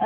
औ